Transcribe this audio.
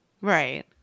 Right